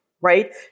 right